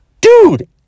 Dude